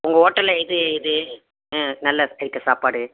உங்கள் ஹோட்டலில் எது எது ஆ நல்ல டேஸ்ட்டு சாப்பாடு